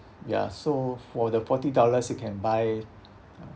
ya so for the forty dollars you can buy